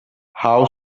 how